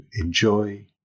enjoy